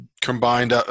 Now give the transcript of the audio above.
combined